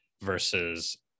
versus